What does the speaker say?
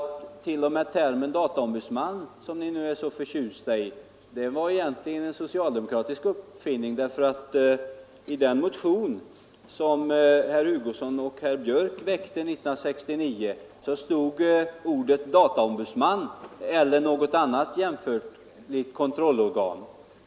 T. o. m. termen dataombudsman, som ni nu är så förtjusta i, är egentligen en socialdemokratisk uppfinning. I de motioner som väcktes 1969 med herr Björk och herr Hugosson som första namn talades det om en dataombudsman eller något annat jämförligt kontrollorgan.